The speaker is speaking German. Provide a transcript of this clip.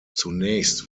zunächst